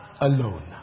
alone